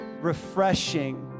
refreshing